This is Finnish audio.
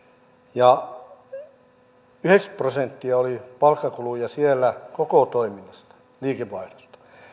ja yhdeksänkymmentä prosenttia oli palkkakuluja siellä koko toiminnan liikevaihdosta